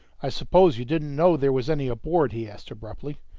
i suppose you didn't know there was any aboard? he asked abruptly.